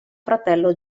fratello